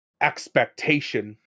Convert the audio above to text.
expectation